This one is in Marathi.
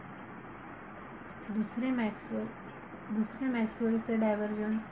विद्यार्थी दुसरे मॅक्सवेलMaxwell's चे दुसरे मॅक्सवेल Maxwell's चे डायव्हर्जन्स